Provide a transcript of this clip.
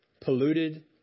polluted